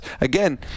Again